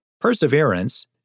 Perseverance